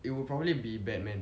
it will probably be batman